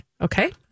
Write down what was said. Okay